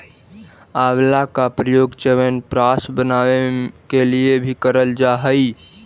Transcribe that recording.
आंवला का प्रयोग च्यवनप्राश बनाने के लिए भी करल जा हई